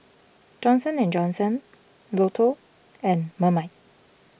Johnson and Johnson Lotto and Marmite